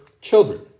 children